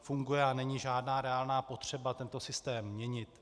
Funguje a není žádná reálná potřeba tento systém měnit.